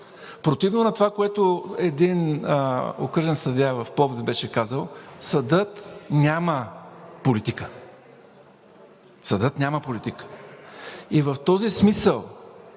противно на това, което един окръжен съд в Пловдив беше казал: „Съдът няма политика“. Съдът няма политика! В този смисъл